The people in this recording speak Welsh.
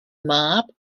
mab